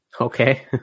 Okay